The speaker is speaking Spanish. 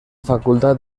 facultad